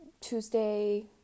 Tuesday